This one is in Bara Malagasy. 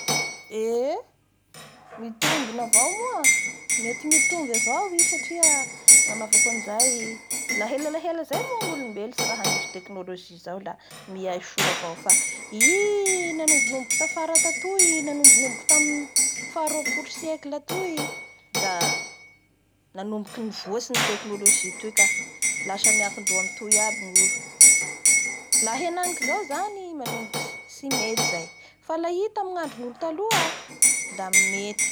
Eee mitombona avao moa, mety mitomby avao i satria ny anaovako an'izay lahelalahela zay moa ny olombelo tsy raha nisy technologie zao la miay soa avao. Fa i nanombonomboky tafara tatoy, nanombonomboky tamin'ny faha roapolo siècle tatoy la nanomboky nivoatsy ny technologie toy ka lasa niankindoha agnaminy ny olo.